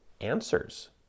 answers